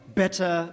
better